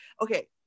okay